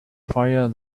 fire